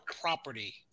property